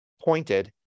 pointed